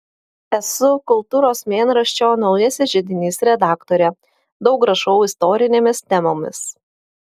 esu kultūros mėnraščio naujasis židinys redaktorė daug rašau istorinėmis temomis